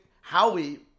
Howie